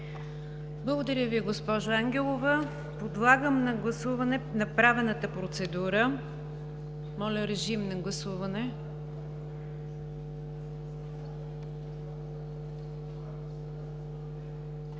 Благодаря Ви, госпожо Ангелова. Подлагам на гласуване направената процедура. Гласували